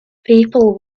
people